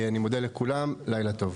אני מודה לכולם, לילה טוב,